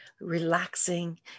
relaxing